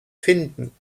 finden